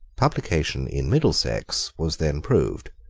publication in middlesex was then proved.